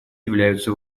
являются